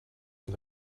for